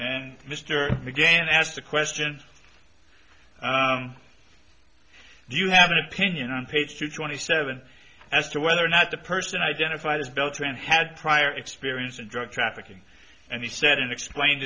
and mr began ask the question do you have an opinion on page two twenty seven as to whether or not the person identified as bill tran had prior experience in drug trafficking and he said and explained